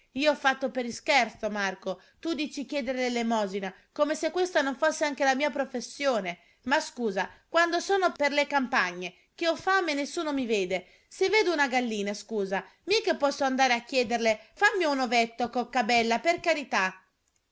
io ho fatto per ischerzo marco tu dici chiedere l'elemosina come se questa non fosse anche la mia professione ma scusa quando sono per le campagne che ho fame e nessuno mi vede se vedo una gallina scusa mica posso andare a chiederle fammi un ovetto cocca bella per carità